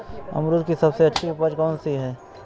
अमरूद की सबसे अच्छी उपज कौन सी है?